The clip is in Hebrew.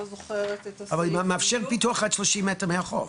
אבל מאפשר פיתוח עד 30 מטר מהחוף.